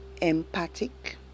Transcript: empathic